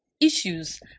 issues